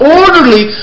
orderly